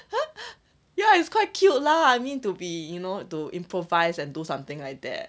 ya it's quite cute lah I mean to be you know to improvise and do something like that